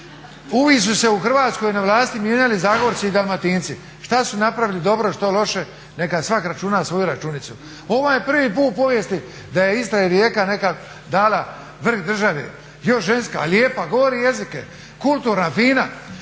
su se u Hrvatskoj na vlasti mijenjali Zagorci i Dalmatinci, što su napravili dobro, što loše? Neka svak računa svoju računicu. Ovo je prvi put u povijesti da je Istra i Rijeka dala vrh države. Još ženska, lijepa, govori jezike, kulturna, fina